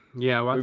yeah,